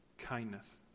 kindness